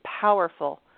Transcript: powerful